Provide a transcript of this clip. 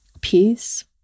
peace